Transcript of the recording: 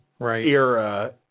era